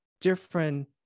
different